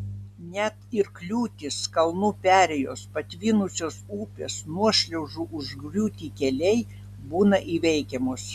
net ir kliūtys kalnų perėjos patvinusios upės nuošliaužų užgriūti keliai būna įveikiamos